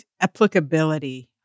applicability